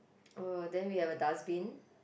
oh then we have a dustbin